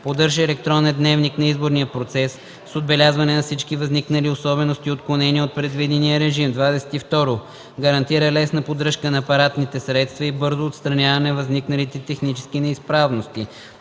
поддържа електронен дневник на изборния процес с отбелязване на всички възникнали особености и отклонения от предвидения режим; 22. гарантира лесна поддръжка на апаратните средства и бързо отстраняване на възникнали технически неизправности;